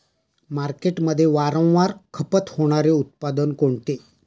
मार्केटमध्ये वारंवार खपत होणारे उत्पादन कोणते?